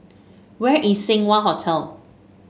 where is Seng Wah Hotel